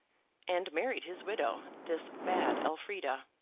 and married his widow, this bad elfrida.